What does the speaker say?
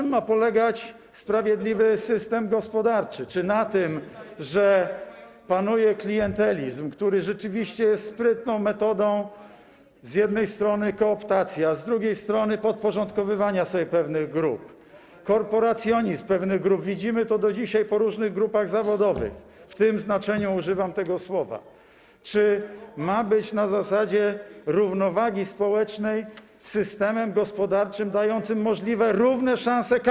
na czym ma polegać sprawiedliwy system gospodarczy: czy na tym, że panuje klientelizm, który rzeczywiście jest sprytną metodą z jednej strony kooptacji, a z drugiej strony podporządkowywania sobie pewnych grup, korporacjonizm pewnych grup - widzimy to do dzisiaj w różnych grupach zawodowych, w tym znaczeniu używam tego słowa - czy ma być na zasadzie równowagi społecznej systemem gospodarczym dającym możliwe równe szanse każdemu.